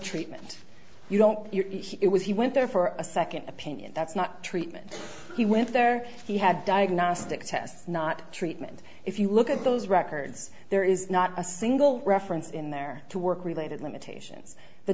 treatment you don't it was he went there for a second opinion that's not treatment he went there he had diagnostic tests not treatment if you look at those records there is not a single reference in there to work related limitations the